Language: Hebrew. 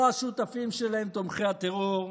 לא השותפים שלהם תומכי הטרור,